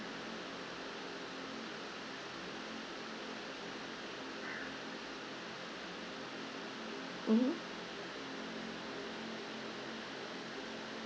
mmhmm